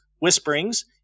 whisperings